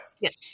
Yes